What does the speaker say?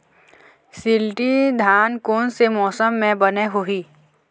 शिल्टी धान कोन से मौसम मे बने होही?